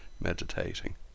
meditating